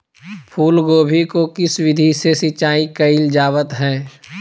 फूलगोभी को किस विधि से सिंचाई कईल जावत हैं?